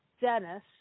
Dennis